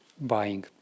buying